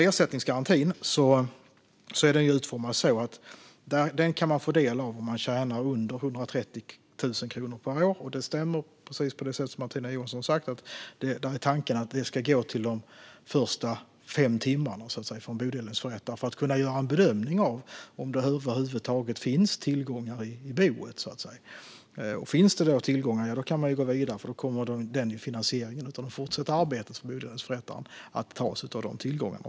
Ersättningsgarantin är utformad så att man kan få del av den om man tjänar under 130 000 kronor per år. Precis som Martina Johansson sa är tanken att detta ska gå till de första fem timmarna för att en bodelningsförrättare ska kunna göra en bedömning av om det över huvud taget finns tillgångar i boet. Om det finns tillgångar kan man gå vidare, och då kommer finansieringen av det fortsatta arbetet för bodelningsförrättaren att tas av dessa tillgångar.